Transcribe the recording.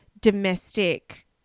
domestic